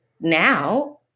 now